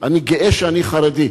אני גאה שאני חרדי,